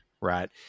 Right